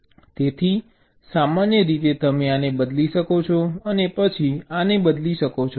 તેથી સામાન્ય રીતે તમે આને બદલી શકો છો અને પછી આને બદલી શકો છો